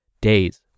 days